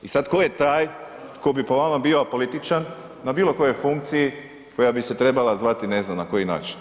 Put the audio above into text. I sad tko je taj tko bi po vama bio apolitičan na bilo kojoj funkciji koja bi se trebala zvati ne znam na koji način.